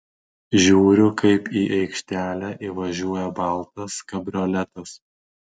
žiūriu kaip į aikštelę įvažiuoja baltas kabrioletas